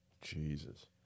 Jesus